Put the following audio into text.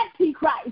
Antichrist